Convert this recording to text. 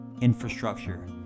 infrastructure